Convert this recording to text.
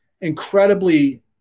incredibly